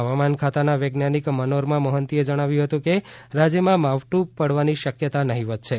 હવામાન ખાતાના વૈજ્ઞાનિક મનોરમા મોહંતીએ જણાવ્યું હતું કે રાજયમાં માવઠું પાડવાની શક્યતા નહિવત છે